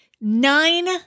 nine